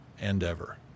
endeavor